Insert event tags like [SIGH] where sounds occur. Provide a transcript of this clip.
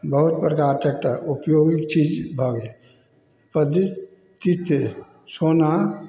बहुत बड़का ट्रैकटर उपयोगीके चीज भऽ गेल [UNINTELLIGIBLE] सोना